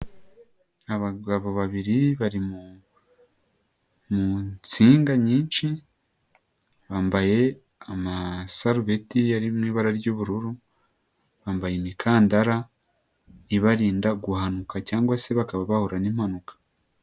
Abagabo babiri bari mu nsinga nyinshi, bambaye amasarubeti ari mu ibara ry'ubururu, bambaye imikandara ibarinda guhanuka cyangwa se bakaba bahura n'impanuka.